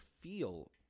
feel